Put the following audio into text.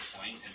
point